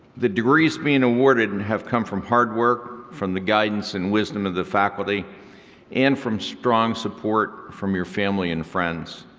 the degrees being awarded and have come from hard work, from the guidance and wisdom of the faculty and from strong support from your family and friends.